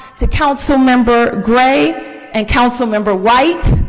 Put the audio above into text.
to councilmember gray and councilmember white,